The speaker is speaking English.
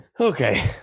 okay